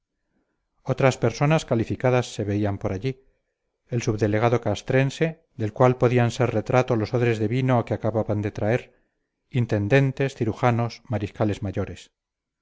otras personas calificadas se veían por allí el subdelegado castrense del cual podían ser retrato los odres de vino que acababan de traer intendentes cirujanos mariscales mayores